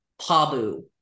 Pabu